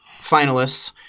finalists